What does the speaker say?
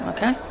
Okay